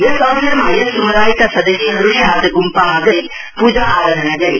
यस अवसरमा यस सम्दायका सदस्यहरूले आज ग्म्पामा गई पूजा आराधना गरे